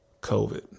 COVID